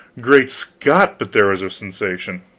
great scott, but there was a sensation!